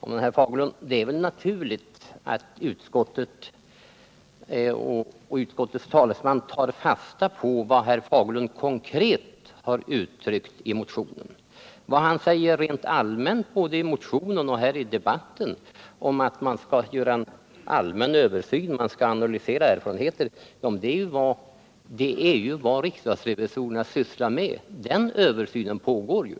Herr talman! Det är väl naturligt, herr Fagerlund, att utskottet och dess talesman tar fasta på vad herr Fagerlund konkret har uttryckt i motionen. Vad herr Fagerlund anför rent allmänt, både i motionen och här i debatten, om att man skall göra en allmän översyn och analysera erfarenheter, det är ju vad riksdagsrevisorerna redan sysslar med. Den översynen pågår ju.